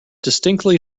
distinctly